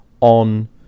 on